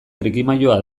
trikimailua